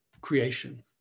creation